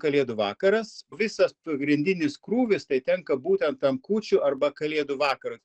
kalėdų vakaras visas pagrindinis krūvis tai tenka būtent tam kūčių arba kalėdų vakarui